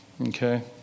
Okay